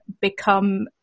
become